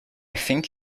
think